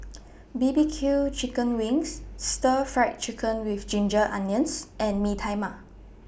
B B Q Chicken Wings Stir Fry Chicken with Ginger Onions and Mee Tai Mak